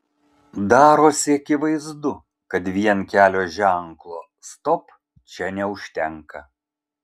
darosi akivaizdu kad vien kelio ženklo stop čia neužtenka